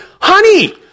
Honey